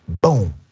Boom